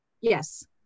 yes